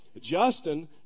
Justin